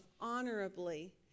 honorably